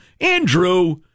Andrew